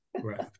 right